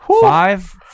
Five